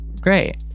Great